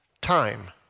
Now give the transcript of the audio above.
time